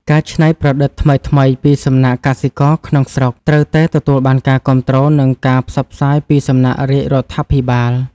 ការច្នៃប្រឌិតថ្មីៗពីសំណាក់កសិករក្នុងស្រុកត្រូវតែទទួលបានការគាំទ្រ និងការផ្សព្វផ្សាយពីសំណាក់រាជរដ្ឋាភិបាល។